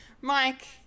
Mike